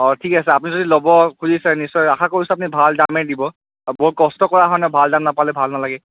অ ঠিক আছে আপুনি যদি ল'ব খুজিছে নিশ্চয় আশা কৰিছোঁ আপুনি ভাল দামেই দিব বৰ কষ্ট কৰা হয় ন' ভাল দাম নাপালে ভাল নালাগে